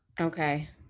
Okay